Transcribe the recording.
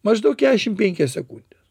maždaug kešim penkias sekundes